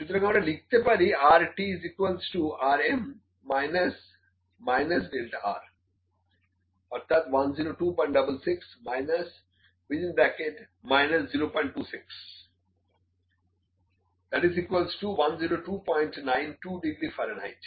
সুতরাং আমরা লিখতে পারি Rt Rm ডেল্টা r অর্থাৎ 10266 026 10292 ডিগ্রি ফারেনহাইট